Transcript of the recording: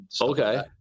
Okay